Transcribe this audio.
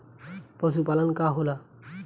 पशुपलन का होला?